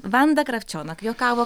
vanda kravčionok juokavo